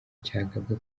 cyagabwe